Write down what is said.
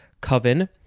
coven